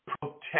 protect